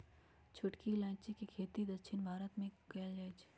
छोटकी इलाइजी के खेती दक्षिण भारत मे कएल जाए छै